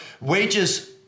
wages